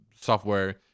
software